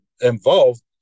involved